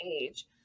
age